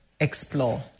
explore